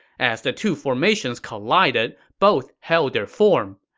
as the two formations collided, both held their form.